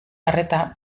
arreta